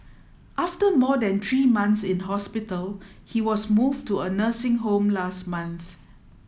after more than three months in hospital he was moved to a nursing home last month